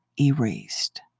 erased